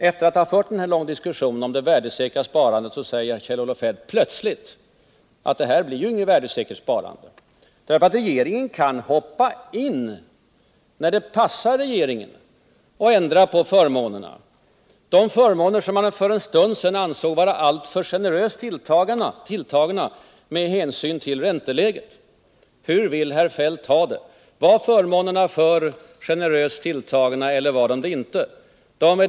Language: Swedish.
Efter att ha fört en lång diskussion om det värdesäkra sparandet säger Kjell-Olof Feldt plötsligt att det inte blir något värdesäkert sparande, eftersom regeringen kan hoppa in när det passar regeringen och ändra på förmånerna, de förmåner som han för en stund sedan ansåg vara alltför generöst tilltagna med hänsyn till ränteläget. Hur vill Kjell-Olof Feldt ha det? Är förmånerna för generöst tilltagna eller inte?